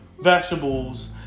vegetables